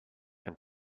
and